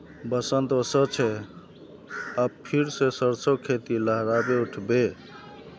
बसंत ओशो छे अब फिर से सरसो खेती लहराबे उठ बे